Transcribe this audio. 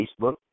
Facebook